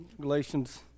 Galatians